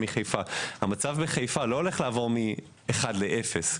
המצב בחיפה לא הולך לעבור מאחד לאפס,